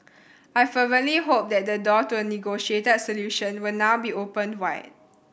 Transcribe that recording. I fervently hope that the door to a negotiated solution will now be opened wide